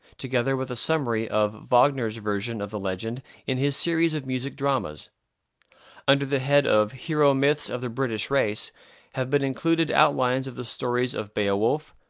together with a summary of wagner's version of the legend in his series of music-dramas under the head of hero myths of the british race have been included outlines of the stories of beowulf,